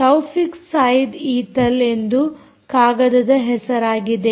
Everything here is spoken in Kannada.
ತೌಫಿಕ್ ಸಯೀದ್ ಈತಲ್ ಎಂದು ಕಾಗದದ ಹೆಸರಾಗಿದೆ